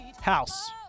House